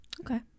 Okay